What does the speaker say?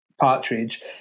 partridge